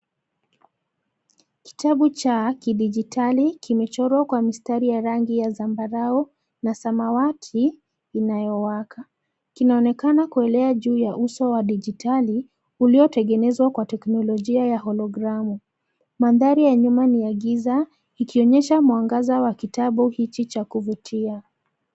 Kitabu cha kidijitali kimechorwa kwa mistari ya rangi ya zambarau na samawati inayowaka. Kinaonekana kuelea juu ya uso wa dijitali; uliotengenezwa kwa teknolojia ya honogramu. Mandhari ya nyuma ni ya giza; ikionyesha mwangaza wa kitabu hichi cha kuvutia.